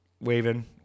waving